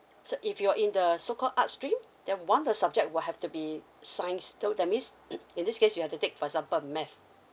so if you're in the so called art stream then one of the subject will have to be science so that means in this case you have to take for example math